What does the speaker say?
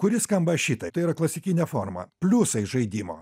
kuri skamba šitaip tai yra klasikinė forma pliusai žaidimo